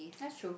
that's true